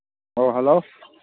ꯑꯣ ꯍꯜꯂꯣ